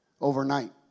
overnight